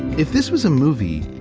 if this was a movie,